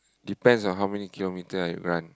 depends on how many kilometer I run